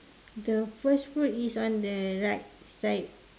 the first fruit is on the right side